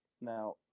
Now